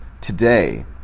Today